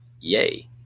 Yay